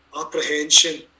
apprehension